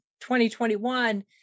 2021